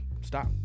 stop